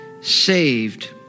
saved